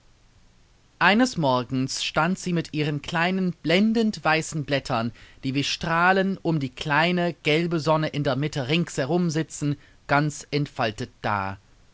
eines morgens stand sie mit ihren kleinen blendend weißen blättern die wie strahlen um die kleine gelbe sonne in der mitte ringsherum sitzen ganz entfaltet da